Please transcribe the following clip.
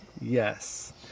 Yes